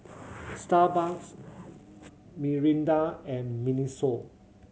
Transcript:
Starbucks Mirinda and MINISO